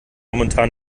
momentan